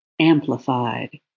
amplified